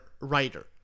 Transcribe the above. writer